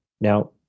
Now